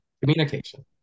Communication